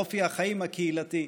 אופי החיים הקהילתי.